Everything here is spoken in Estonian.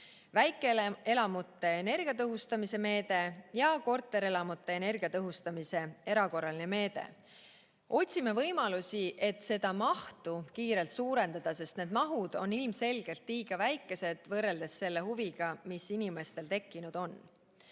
väikeelamute energiatõhustamise meede ja korterelamute energiatõhustamise erakorraline meede. Otsime võimalusi, et seda mahtu kiirelt suurendada, sest need mahud on ilmselgelt liiga väikesed võrreldes selle huviga, mis inimestel tekkinud on.